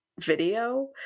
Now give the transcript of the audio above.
video